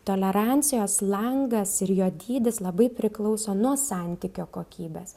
tolerancijos langas ir jo dydis labai priklauso nuo santykio kokybės